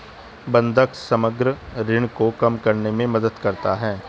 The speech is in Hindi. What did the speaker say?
बंधक समग्र ऋण को कम करने में मदद करता है